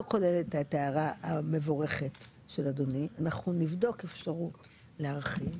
לא כוללת את ההערה המבורכת של אדוני אנחנו נבדוק אפשרות להרחיב,